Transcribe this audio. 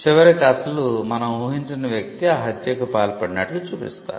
చివరికి అసలు మనం ఊహించని వ్యక్తి ఆ హత్యకు పాల్పడినట్లు చూపిస్తారు